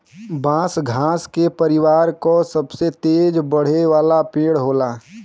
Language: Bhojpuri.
बांस घास के परिवार क सबसे तेज बढ़े वाला पेड़ होला